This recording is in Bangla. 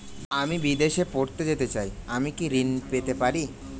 আমি বিদেশে পড়তে যেতে চাই আমি কি ঋণ পেতে পারি?